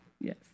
yes